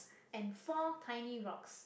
and four tiny rocks